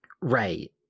right